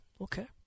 okay